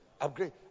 upgrade